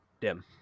Dim